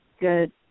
good